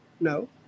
No